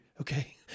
Okay